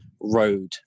road